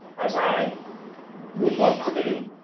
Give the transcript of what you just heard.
as i would love to do.